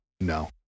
no